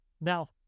Now